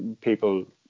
people